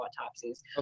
autopsies